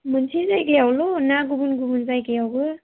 मोनसे जायगायावल' ना गुबुन गुबुन जायगायावबो